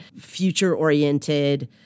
future-oriented